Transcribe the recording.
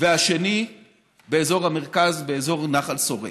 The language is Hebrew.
והשני באזור המרכז, באזור נחל שורק.